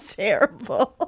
terrible